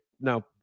No